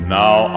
now